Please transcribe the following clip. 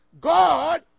God